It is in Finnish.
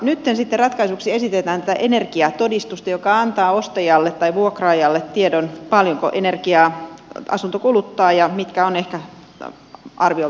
nyt sitten ratkaisuksi esitetään tätä energiatodistusta joka antaa ostajalle tai vuokraajalle tiedon paljonko energiaa asunto kuluttaa ja mitkä ehkä ovat arviolta menot